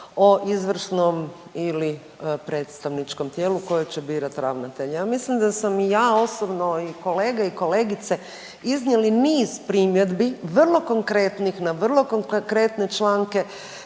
o izvršnom ili predstavničkom tijelu koje će birat ravnatelje. Ja mislim da sam i ja osobno i kolege i kolegice iznijeli niz primjedbi vrlo konkretnih na vrlo konkretne članke